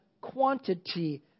quantity